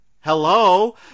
Hello